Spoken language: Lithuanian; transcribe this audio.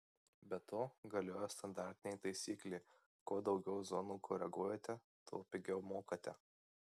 be to galioja standartinė taisyklė kuo daugiau zonų koreguojate tuo pigiau mokate